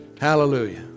Hallelujah